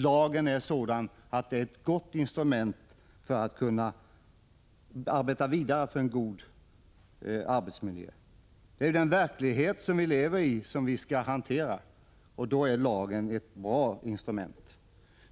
Lagen är sådan att den utgör ett bra instrument för att man skall kunna arbeta vidare för en god arbetsmiljö i den verklighet som vi lever i.